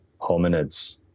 hominids